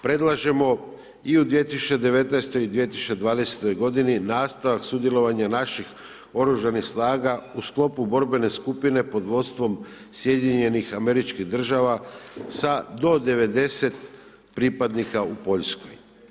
Predlažemo i u 2019.g. i u 2020.g. nastavak sudjelovanja naših oružanih snaga u sklopu borbene skupine pod vodstvom SAD-a sa do 90 pripadnika u Poljskoj.